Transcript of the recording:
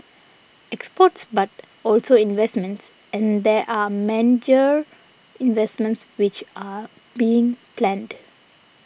exports but also investments and there are major investments which are being planned